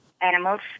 Animals